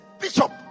Bishop